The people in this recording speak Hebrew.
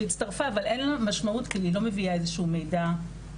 היא הצטרפה אבל אין לה משמעות כי היא לא מביאה איזשהו מידע שיכול